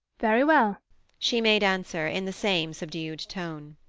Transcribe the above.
very well she made answer, in the same subdued tone.